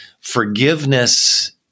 forgiveness